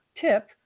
tip